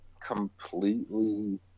completely